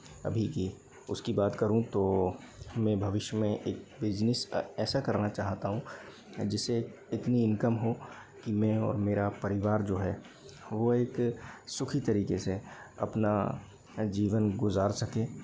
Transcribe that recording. अभी की उसकी बात करूँ तो मैं भविष्य मैं एक बिजिनिस ऐसा करना चाहता हूँ जिसे इतनी इनकम हो की मैं और मेरा परिवार जो है वो एक सुखी तरीके से अपना जीवन गुज़ार सके